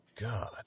God